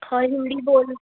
हाँ हिंदी बोल